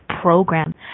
program